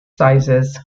sizes